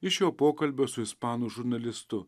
iš jo pokalbio su ispanų žurnalistu